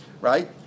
Right